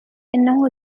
إنه